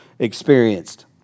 experienced